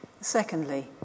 Secondly